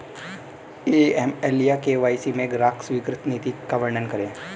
AML या KYC में ग्राहक स्वीकृति नीति का वर्णन करें?